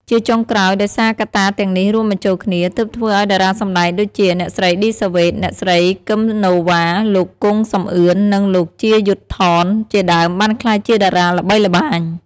ជាចុងក្រោយដោយសារកត្តាទាំងនេះរួមបញ្ចូលគ្នា ទើបធ្វើឱ្យតារាសម្តែងដូចជា អ្នកស្រី ឌីសាវ៉េត អ្នកស្រី គឹម ណូវ៉ា លោក គង់ សំអឿន និង លោក ជា យុទ្ធថន ជាដើម បានក្លាយជាតារាល្បីល្បាញ។